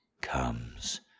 comes